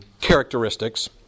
characteristics